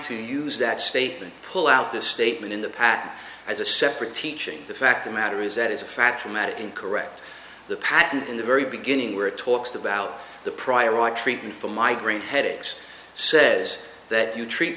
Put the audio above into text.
to use that statement pull out this statement in the pack as a separate teaching the fact the matter is that is a factor matter and correct the patent in the very beginning where it talks about the prior art treatment for migraine headaches says that you treat